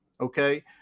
Okay